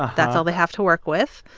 ah that's all they have to work with.